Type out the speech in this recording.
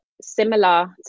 Similar